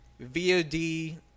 VOD